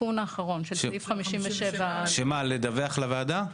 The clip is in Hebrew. התיקון האחרון של סעיף 57א'. של הדיווח לוועדה?